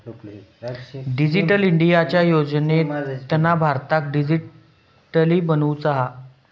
digital इंडियाच्या योजनेतना भारताक डीजिटली बनवुचा हा